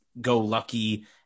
go-lucky